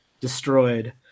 destroyed